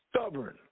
stubborn